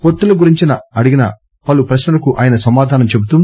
పొత్తుల గురించి అడిగిన పలు ప్రశ్నలకు ఆయన సమాధానం చెబుతూ